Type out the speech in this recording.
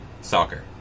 Soccer